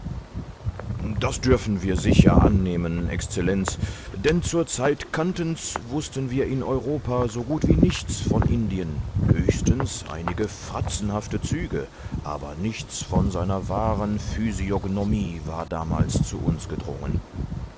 das dürfen wir sicher annehmen exzellenz denn zur zeit kantens wußten wir in europa so gut wie nichts von indien höchstens einige fratzenhafte züge aber nichts von seiner wahren physiognomie war damals zu uns gedrungen